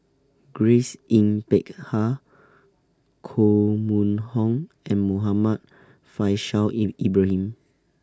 Grace Yin Peck Ha Koh Mun Hong and Muhammad Faishal in Ibrahim